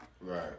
Right